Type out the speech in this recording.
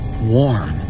warm